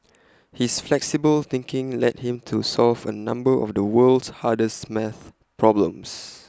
his flexible thinking led him to solve A number of the world's hardest maths problems